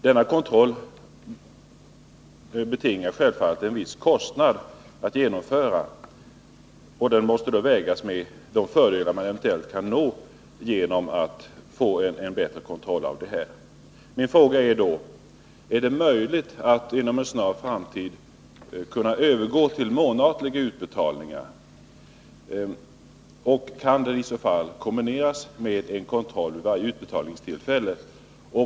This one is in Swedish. Denna kontroll betingar självfallet en viss kostnad att genomföra, och den måste då vägas mot de fördelar man eventuellt kan nå genom att man får en bättre kontroll. Min fråga är då: Är det möjligt att inom en snar framtid övergå till månatliga utbetalningar, och kan det systemet i så fall kombineras med en kontroll vid varje utbetalningstillfälle?